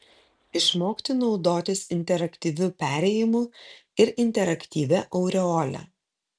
išmokti naudotis interaktyviu perėjimu ir interaktyvia aureole